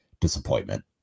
disappointment